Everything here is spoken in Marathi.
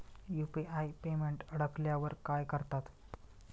यु.पी.आय पेमेंट अडकल्यावर काय करतात?